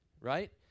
Right